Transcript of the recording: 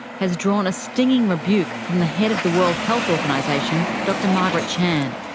has drawn a stinging rebuke from the head of the world health organisation dr margaret chan.